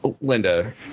Linda